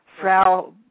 Frau